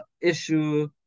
issue